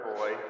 Boy